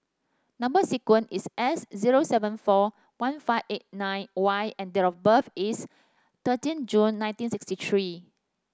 number sequence is S zero seven four one five eight nine Y and date of birth is thirteen June nineteen sixty three